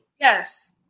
Yes